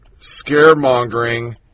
scaremongering